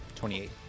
28